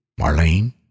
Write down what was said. Marlene